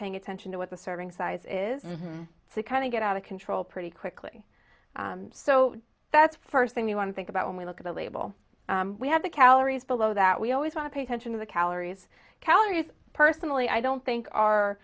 paying attention to what the serving size is to kind of get out of control pretty quickly so that's the first thing you want to think about when we look at the label we have the calories the low that we always want to pay attention to the calories calories personally i don't think are